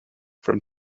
from